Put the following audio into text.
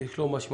- יש לו משמעות.